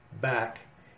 back